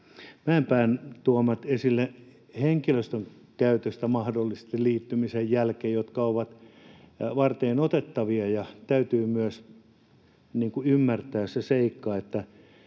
Mäenpään tuomat seikat henkilöstön käytöstä mahdollisesti liittymisen jälkeen, jotka ovat varteenotettavia. Täytyy myös ymmärtää se seikka,